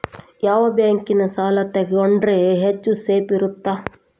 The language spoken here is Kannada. ಯಾವ ಬ್ಯಾಂಕಿನ ಸಾಲ ತಗೊಂಡ್ರೆ ಹೆಚ್ಚು ಸೇಫ್ ಇರುತ್ತಾ?